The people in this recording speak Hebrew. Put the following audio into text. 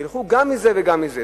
תלכו גם מזה וגם מזה.